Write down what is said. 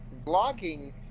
vlogging